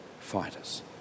fighters